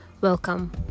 welcome